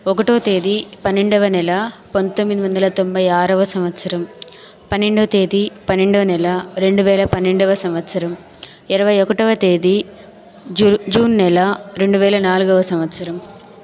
ఒకటో తేదీ పన్నెండవ నెల పంతొమ్మిది వందల తొంభై ఆరవ సంవత్సరం పన్నెండో తేదీ పన్నెండో నెల రెండు వేల పన్నెండవ సంవత్సరం ఇరవై ఒకటవ తేదీ జూ జూన్ నెల రెండు వేల నాల్గవ సంవత్సరం